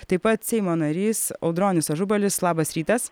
taip pat seimo narys audronius ažubalis labas rytas